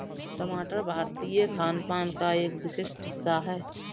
टमाटर भारतीय खानपान का एक विशिष्ट हिस्सा है